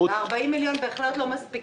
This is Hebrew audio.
רות --- ו-40 מיליון בהחלט לא מספיקים.